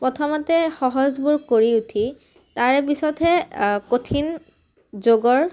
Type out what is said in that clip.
প্ৰথমতে সহজবোৰ কৰি উঠি তাৰে পিছতহে কঠিন যোগৰ